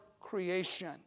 creation